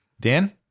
Dan